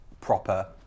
proper